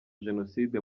jenoside